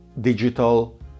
digital